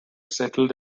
settled